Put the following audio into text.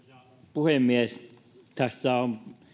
puhemies täällä on